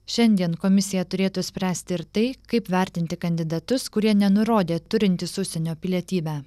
šiandien komisija turėtų spręsti ir tai kaip vertinti kandidatus kurie nenurodė turintys užsienio pilietybę